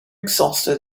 exhausted